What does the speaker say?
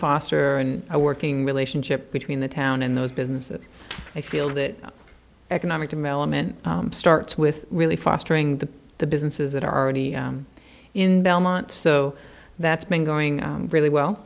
foster a working relationship between the town and those businesses i feel that economic development starts with really fostering the the businesses that are already in belmont so that's been going really well